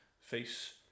face